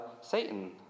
Satan